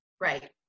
Right